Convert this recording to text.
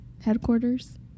headquarters